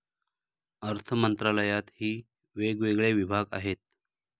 अर्थमंत्रालयातही वेगवेगळे विभाग आहेत